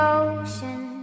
ocean